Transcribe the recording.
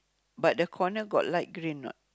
but the corner got light green not